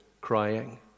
crying